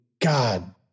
God